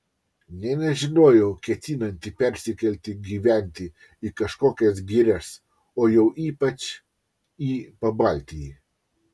nė nežinojau ketinanti persikelti gyventi į kažkokias girias o jau ypač į pabaltijį